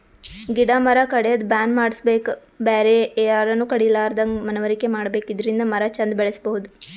ಗಿಡ ಮರ ಕಡ್ಯದ್ ಬ್ಯಾನ್ ಮಾಡ್ಸಬೇಕ್ ಬೇರೆ ಯಾರನು ಕಡಿಲಾರದಂಗ್ ಮನವರಿಕೆ ಮಾಡ್ಬೇಕ್ ಇದರಿಂದ ಮರ ಚಂದ್ ಬೆಳಸಬಹುದ್